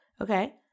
okay